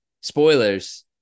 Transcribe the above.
spoilers